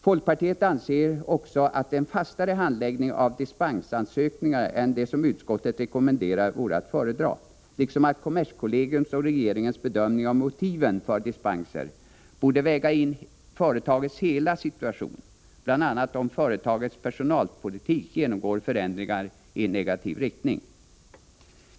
Folkpartiet anser också att en fastare handläggning av dispensansökningarna än den som utskottet rekommenderar vore att föredra, liksom att kommerskollegiums och regeringens bedömning av motiven för dispenser borde väga in företagets hela situation, bl.a. om företagets personalpolitik genomgår förändringar i negativ riktning.